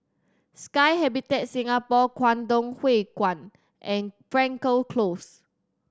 Sky Habitat Singapore Kwangtung Hui Kuan and Frankel Close